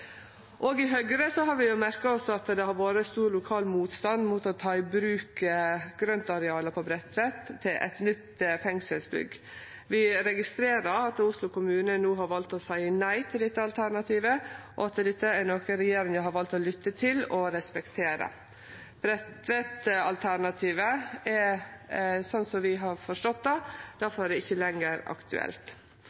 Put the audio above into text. i Høgre har vi merka oss at det har vore stor lokal motstand mot å ta i bruk grøntarealet på Bredtvet til eit nytt fengselsbygg. Vi registrerer at Oslo kommune no har valt å seie nei til dette alternativet, og at dette er noko regjeringa har valt å lytte til og respektere. Bredtvet-alternativet er, slik vi har forstått det,